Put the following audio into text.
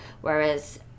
Whereas